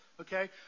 okay